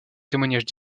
témoignages